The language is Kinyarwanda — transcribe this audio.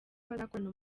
bazakorana